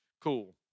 cool